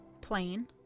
plain